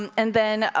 and and then, ah